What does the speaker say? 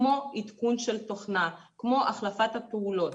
כמו עדכון של תוכנה, כמו החלפת הפעולות.